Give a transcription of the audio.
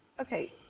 okay,